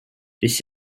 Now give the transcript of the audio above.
this